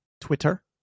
Twitter